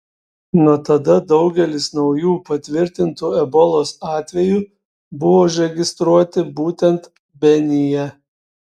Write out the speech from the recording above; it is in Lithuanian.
nuo tada daugelis naujų patvirtintų ebolos atvejų buvo užregistruoti būtent benyje